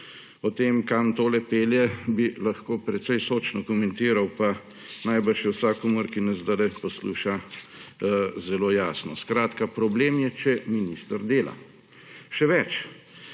O tem, kam tole pelje, bi lahko precej sočno komentiral, pa je najbrž vsakomur, ki nas zdajle posluša, zelo jasno. Skratka problem je, če minister dela. Še več,